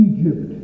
Egypt